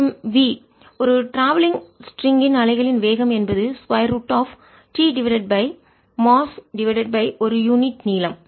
01sin 50t xv மற்றும் v ஒரு travelling பயண ஸ்ட்ரிங் லேசான கயிறு ன் அலைகளின் வேகம் என்பது square root of T divided by mass நிறை ஒரு யூனிட் நீளம்